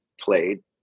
played